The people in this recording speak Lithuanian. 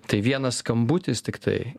tai vienas skambutis tiktai